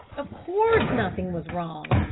of course, nothing was wrong.